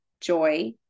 joy